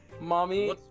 Mommy